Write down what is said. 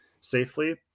safely